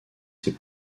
ses